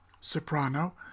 soprano